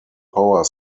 power